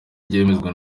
byemezwa